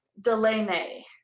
Delaney